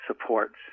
supports